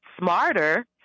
smarter